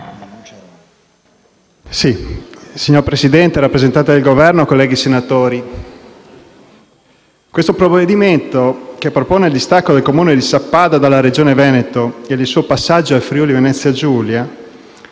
Signor Presidente, rappresentante del Governo, colleghi senatori, questo provvedimento che propone il distacco del Comune di Sappada dalla Regione Veneto ed il suo passaggio al Friuli-Venezia Giulia,